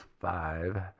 five